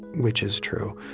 which is true,